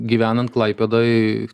gyvenan klaipėdoj